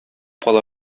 кала